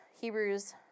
Hebrews